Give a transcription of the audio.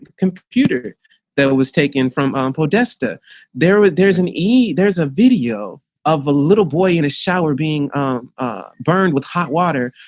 computer that was taken from um podesta there was there's an e there's a video of a little boy in a shower being burned with hot water,